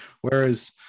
Whereas